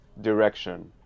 direction